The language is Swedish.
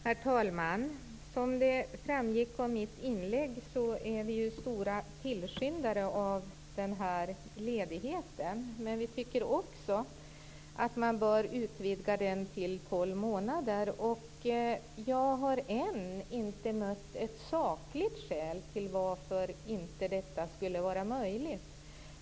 Herr talman! Som framgick av mitt inlägg är vi stora tillskyndare av den här ledigheten, men vi tycker att man bör utvidga den till 12 månader. Jag har ännu inte mött ett sakligt skäl till varför det inte skulle vara möjligt.